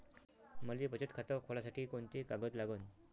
मले बचत खातं खोलासाठी कोंते कागद लागन?